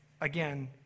again